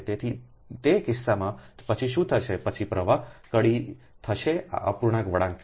તેથી તે કિસ્સામાં પછી શું થશે પછી પ્રવાહ કડી થશે આ અપૂર્ણાંક વળાંક છે